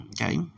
Okay